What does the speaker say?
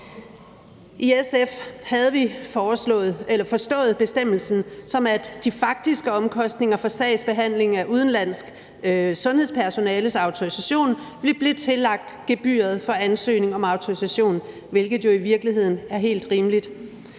I SF havde vi forstået bestemmelsen, som at de faktiske omkostninger for sagsbehandlingen af udenlandsk sundhedspersonales autorisation ville blive tillagt gebyret for ansøgning om autorisation, hvilket jo i virkeligheden er helt rimeligt.